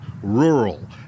Rural